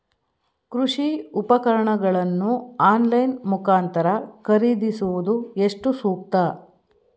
ಕೃಷಿ ಉಪಕರಣಗಳನ್ನು ಆನ್ಲೈನ್ ಮುಖಾಂತರ ಖರೀದಿಸುವುದು ಎಷ್ಟು ಸೂಕ್ತ?